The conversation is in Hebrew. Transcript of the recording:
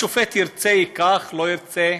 השופט ירצה, ייקח, לא ירצה,